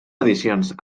edicions